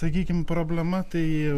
sakykim problema tai